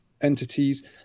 entities